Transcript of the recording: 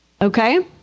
Okay